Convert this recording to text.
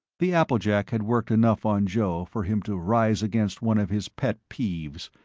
the applejack had worked enough on joe for him to rise against one of his pet peeves.